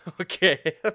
Okay